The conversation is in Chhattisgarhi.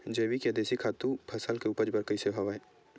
जैविक या देशी खातु फसल के उपज बर कइसे होहय?